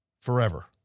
forever